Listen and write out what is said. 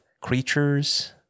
creatures